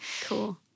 Cool